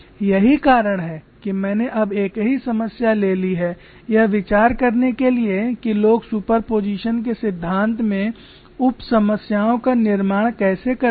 यही कारण है कि मैंने अब एक ही समस्या ले ली है यह विचार करने के लिए कि लोग सुपरपोज़िशन के सिद्धांत में उप समस्याओं का निर्माण कैसे करते हैं